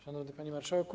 Szanowny Panie Marszałku!